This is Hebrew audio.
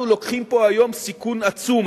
אנחנו לוקחים פה היום סיכון עצום.